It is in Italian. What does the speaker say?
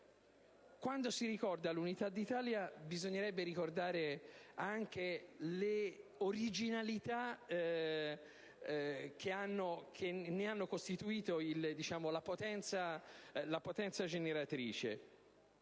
quando si ricorda l'Unità d'Italia bisognerebbe ricordare anche le originalità che ne hanno costituito la potenza generatrice.